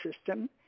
system